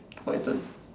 my turn